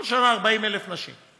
כל שנה 40,000 נשים.